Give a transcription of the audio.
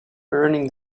burning